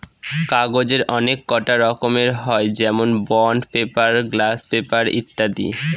কাগজের অনেককটা রকম হয় যেমন বন্ড পেপার, গ্লাস পেপার ইত্যাদি